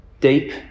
deep